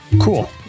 cool